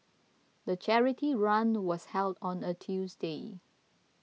the charity run was held on a Tuesday